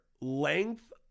length